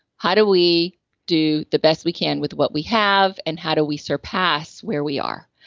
how do we do the best we can with what we have, and how do we surpass where we are?